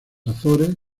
azores